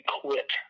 quit